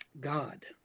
God